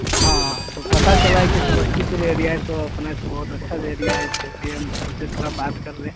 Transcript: हाँ हाँ हाँ सो पता चला है कि समस्तीपुर एरिया है सो अपने को बहुत अच्छा एरिया है इसी लिए हम सोचे थोड़ा बात कर लें